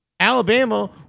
Alabama